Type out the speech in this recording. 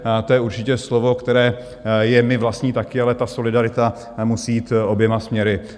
To je určitě slovo, které je mi vlastní také, ale ta solidarita musí jít oběma směry.